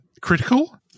critical